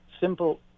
Simple